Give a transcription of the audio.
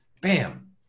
Bam